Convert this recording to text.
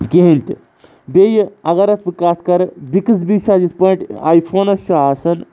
کِہینۍ تہِ بیٚیہِ اگر اَتھ بہٕ کَتھ کَرٕ بِکسبی چھُ اَتھ یِتھ پٲٹھۍ آیۍ فونَس چھُ آسان